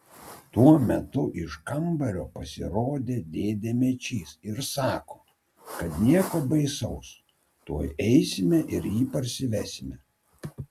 tuo metu iš kambario pasirodo dėdė mečys ir sako kad nieko baisaus tuoj eisime ir jį parsivesime